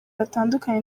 batandukanye